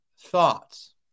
thoughts